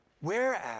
Whereas